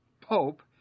Pope